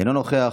אינו נוכח.